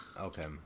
Okay